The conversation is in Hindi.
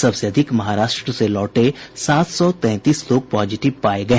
सबसे अधिक महाराष्ट्र से लौटे सात सौ तैंतीस लोग पॉजिटिव पाये गये